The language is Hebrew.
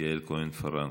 10280 ו-10281.